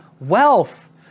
wealth